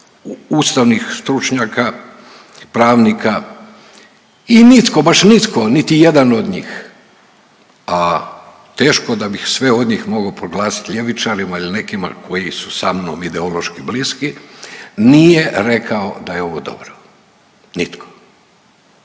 ustavnih stručnjaka, pravnika i nitko baš nitko, niti jedan od njih, a teško da bih sve od njih mogao proglasiti ljevičarima ili nekima koji su sa mnom ideološki bliski nije rekao da je ovo dobro. Nitko.